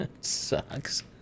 sucks